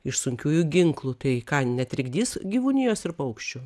iš sunkiųjų ginklų tai ką netrikdys gyvūnijos ir paukščių